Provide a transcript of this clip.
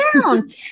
down